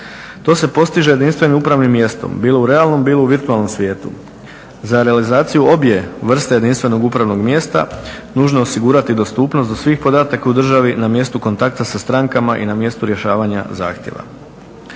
To se postiže jedinstvenim upravnim mjestom, bilo u realnom, bilo u virtualnom svijetu. Za realizaciju obje vrste jedinstvenog upravnog mjesta nužno je osigurati dostupnost svih podataka u državi na mjestu kontakta sa strankama i na mjestu rješavanja zahtjeva.